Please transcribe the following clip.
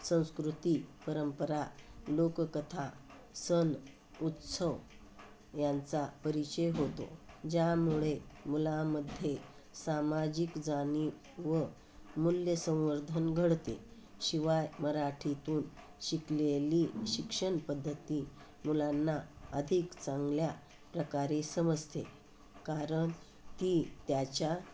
संस्कृती परंपरा लोककथा सण उत्सव यांचा परिचय होतो ज्यामुळे मुलामध्ये सामाजिक जाणीव मूल्यसंवर्धन घडते शिवाय मराठीतून शिकलेली शिक्षणपद्धती मुलांना अधिक चांगल्या प्रकारे समजते कारण ती त्याच्या